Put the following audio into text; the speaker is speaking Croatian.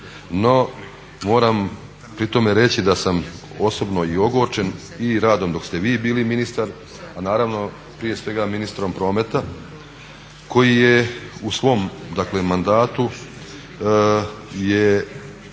No moram pri tome reći da sam osobno i ogorčen i radom dok ste vi bili ministar, a naravno prije svega ministrom prometa koji je u svom mandatu